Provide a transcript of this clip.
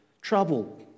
trouble